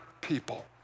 people